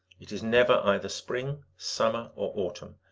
it is never either spring, summer, or autumn,